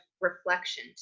reflection